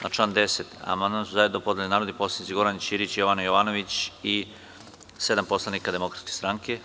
Na član 10. amandman su zajedno podneli narodni poslanici Goran Ćirić, Jovana Jovanović i sedam poslanika Demokratske stranke.